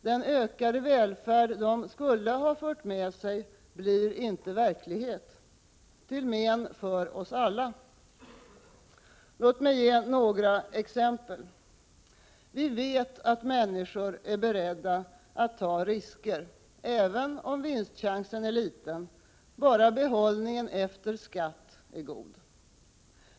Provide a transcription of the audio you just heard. Den ökade välfärd detta skulle ha fört med sig blir inte verklighet — till men för oss alla. Låt mig ge några exempel. Vi vet att människor är beredda att ta risker, även om vinstchansen är liten, bara behållningen efter skatt är god.